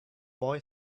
boy